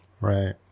Right